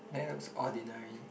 that looks ordinary